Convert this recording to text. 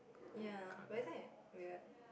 ya but this one is weird